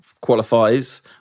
qualifies